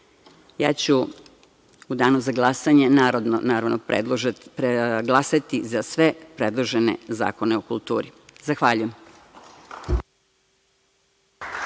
ću u danu za glasanje, naravno, glasati za sve predložene zakone o kulturi. Zahvaljujem.